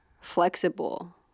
flexible